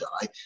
die